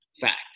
Fact